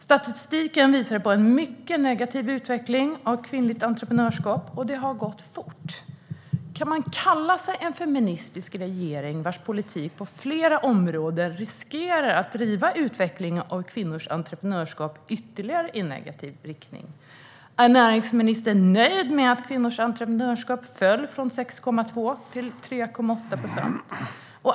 Statistiken visar på en mycket negativ utveckling av kvinnligt entreprenörskap, och det har gått fort. Kan man kalla sig feministisk regering när politiken på flera områden riskerar att driva utvecklingen av kvinnors entreprenörskap ytterligare i negativ riktning? Är näringsministern nöjd med att kvinnors entreprenörskap fallit från 6,2 procent till 3,8 procent?